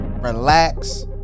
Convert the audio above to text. relax